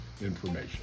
information